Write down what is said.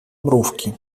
mrówki